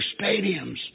stadiums